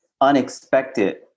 unexpected